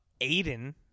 Aiden